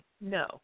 no